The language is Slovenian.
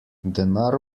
denar